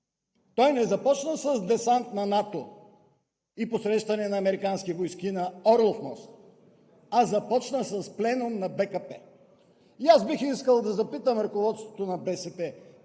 Той не започна с десант на НАТО и посрещане на американски войски на Орлов мост, а започна с пленум на БКП! И бих искал да запитам ръководството на БСП: